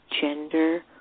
gender